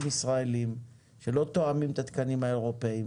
ישראלים שלא תואמים את התקנים האירופאים